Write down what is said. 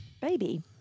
Baby